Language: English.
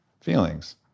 feelings